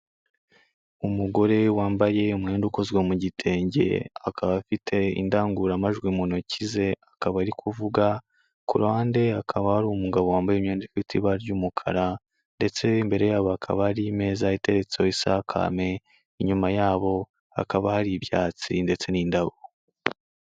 Umugore wambaye umwenda ukozwe mu gitenge, akaba afite indangururamajwi mu ntoki ze, akaba ari kuvuga, ku ruhande hakaba hari umugabo wambaye imyenda ifite ibara ry'umukara ndetse imbere yabo hakaba hari imeza iteretseho isakame, inyuma yabo hakaba hari ibyatsi ndetse n'indabo.